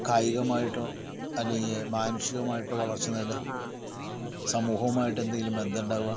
കായികമായിട്ടോ അല്ലെങ്കിൽ മാനുഷികമായിട്ടോ വളർച്ച നേടുക സമൂഹവും ആയിട്ട് എന്തേലും ബന്ധം ഉണ്ടാവുക